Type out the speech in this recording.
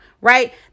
right